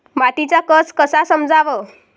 मातीचा कस कसा समजाव?